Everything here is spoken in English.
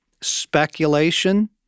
Speculation